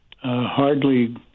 hardly